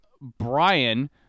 Brian